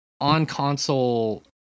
on-console